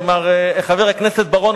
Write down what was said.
והחביב חבר הכנסת בר-און,